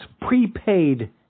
prepaid